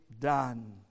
done